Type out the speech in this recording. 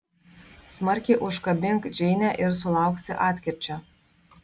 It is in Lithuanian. smarkiai užkabink džeinę ir sulauksi atkirčio